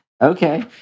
Okay